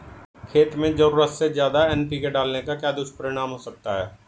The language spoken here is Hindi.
खेत में ज़रूरत से ज्यादा एन.पी.के डालने का क्या दुष्परिणाम हो सकता है?